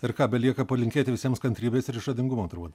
ir ką belieka palinkėti visiems kantrybės ir išradingumo turbūt